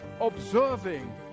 observing